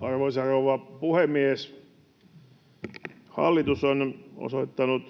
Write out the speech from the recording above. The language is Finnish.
Arvoisa rouva puhemies! Hallitus on osoittanut